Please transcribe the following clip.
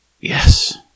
Yes